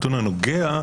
"נתון הנוגע",